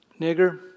Nigger